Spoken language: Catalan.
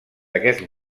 aquest